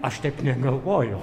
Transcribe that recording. aš taip negalvojau